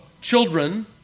children